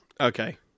Okay